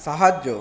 সাহায্য